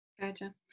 Gotcha